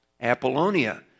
Apollonia